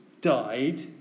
died